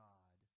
God